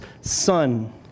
son